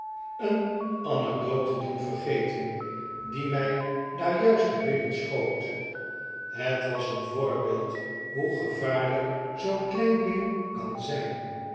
een anecdote doen vergeten die mij daar juist te binnen schoot het was een voorbeeld hoe gevaarlijk zoo'n klein ding kan zijn